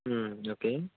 okay